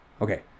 Okay